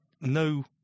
no